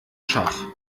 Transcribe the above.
schach